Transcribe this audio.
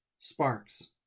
sparks